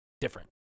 different